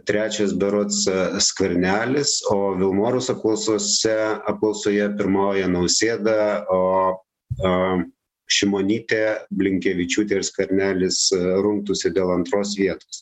trečias berods e skvernelis o vilmorus apklausose apklausoje pirmauja nausėda o a šimonytė blinkevičiūtė ir skvernelis rungtųsi dėl antros vietos